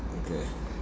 okay